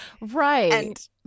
Right